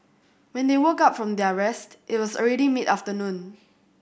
when they woke up from their rest it was already mid afternoon